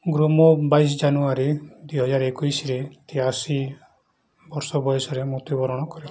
Gromov ବାଇଶ ଜାନୁୟାରୀ ଦୁଇହାଜର ଏକୋଇଶରେ ତେୟାଅଶୀ ବର୍ଷ ବୟସରେ ମୃତ୍ୟୁବରଣ କରିଥିଲେ